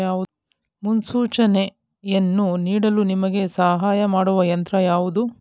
ಮುನ್ಸೂಚನೆಯನ್ನು ನೀಡಲು ನಿಮಗೆ ಸಹಾಯ ಮಾಡುವ ಯಂತ್ರ ಯಾವುದು?